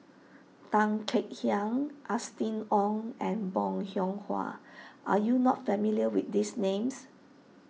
Tan Kek Hiang Austen Ong and Bong Hiong Hwa are you not familiar with these names